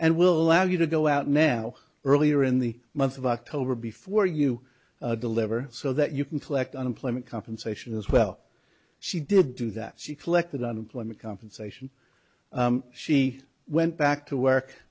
and will allow you to go out now earlier in the month of october before you deliver so that you can collect unemployment compensation as well she did do that she collected unemployment compensation she went back to